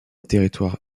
territoire